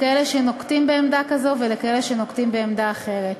לכאלה שנוקטים עמדה כזו ולכאלה שנוקטים עמדה אחרת,